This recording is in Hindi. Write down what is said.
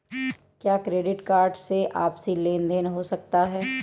क्या क्रेडिट कार्ड से आपसी लेनदेन हो सकता है?